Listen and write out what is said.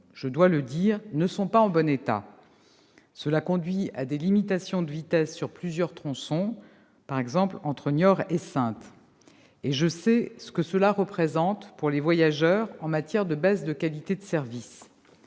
je dois le dire, ne sont pas en bon état. Cela conduit à des limitations de vitesse sur plusieurs tronçons, par exemple entre Niort et Saintes. Je sais ce que cela représente pour les voyageurs en termes de baisse de qualité de service.